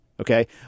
Okay